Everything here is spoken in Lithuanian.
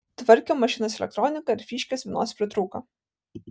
tvarkėm mašinos elektroniką ir fyškės vienos pritrūko